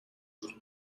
хүрнэ